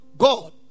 God